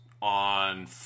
on